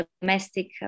domestic